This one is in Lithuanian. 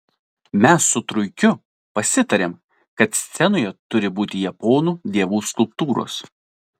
mes su truikiu pasitarėm kad scenoje turi būti japonų dievų skulptūros